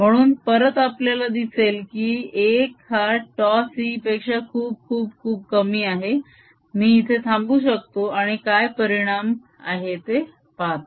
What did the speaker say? म्हणून परत आपल्याला दिसेल की एक हा τc पेक्षा खूप खूप खूप कमी आहे मी इथे थांबू शकतो आणि काय परिणाम आहे ते पाहतो